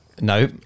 No